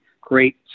great